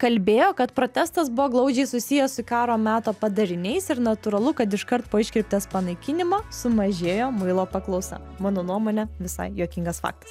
kalbėjo kad protestas buvo glaudžiai susijęs su karo meto padariniais ir natūralu kad iškart po iškirptės panaikinimo sumažėjo muilo paklausa mano nuomone visai juokingas faktas